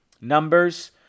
numbers